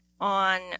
on